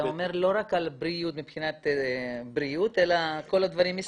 אתה אומר לא רק בריאות, אלא כל הדברים מסביב.